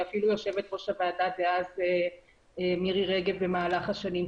ואפילו יושבת-ראש הוועדה דאז מירי רגב במהלך השנים,